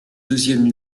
deuxième